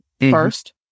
first